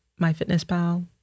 MyFitnessPal